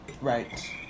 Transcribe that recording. Right